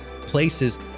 places